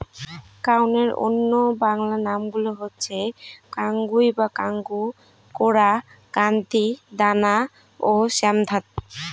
কাউনের অন্য বাংলা নামগুলো হচ্ছে কাঙ্গুই বা কাঙ্গু, কোরা, কান্তি, দানা ও শ্যামধাত